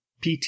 pt